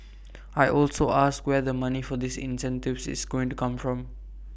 I also asked where the money for these incentives is going to come from